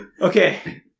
Okay